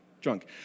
Drunk